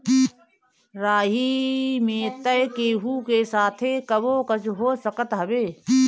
राही में तअ केहू के साथे कबो कुछु हो सकत हवे